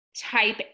type